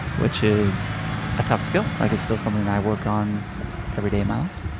which is a tough skill. like it's still something i work on every day of my life.